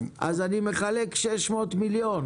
אני מחלק 600 מיליון